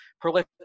prolific